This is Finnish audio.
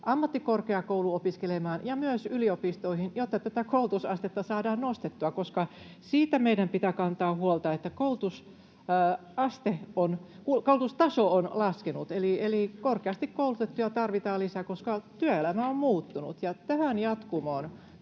ammattikorkeakouluun ja myös yliopistoihin, jotta tätä koulutusastetta saadaan nostettua, koska meidän pitää kantaa huolta siitä, että koulutustaso on laskenut, eli korkeasti koulutettuja tarvitaan lisää, koska työelämä on muuttunut. Toivoisin,